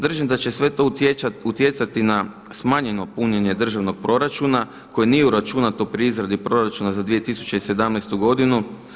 Držim da će sve to utjecati na smanjeno punjenje državnog proračuna koje nije uračunato pri izradi proračuna za 2017. godinu.